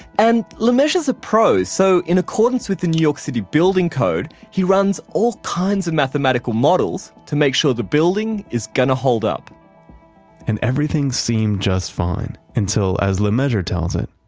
and lemessurier is a pro, so in accordance with the new york city building code, he runs all kinds of mathematical models to make sure the building is going to hold up and everything seemed just fine until, as lemessurier tells it,